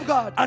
God